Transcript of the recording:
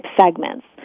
segments